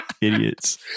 Idiots